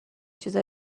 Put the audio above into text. چیزا